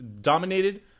dominated